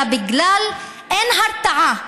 אלא כי אין הרתעה,